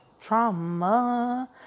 Trauma